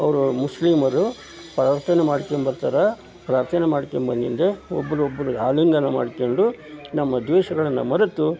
ಅವರು ಮುಸ್ಲಿಮರು ಪ್ರಾರ್ಥನೆ ಮಾಡ್ಕೊಂಡು ಬರ್ತಾರೆ ಪ್ರಾರ್ಥನೆ ಮಾಡ್ಕೊಂಡು ಬಂದಿದ್ದು ಒಬ್ಬರೊಬ್ರಿಗೆ ಆಲಿಂಗನ ಮಾಡ್ಕೊಂಡು ನಮ್ಮ ದ್ವೇಷಗಳನ್ನು ಮರೆತು